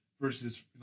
versus